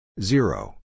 Zero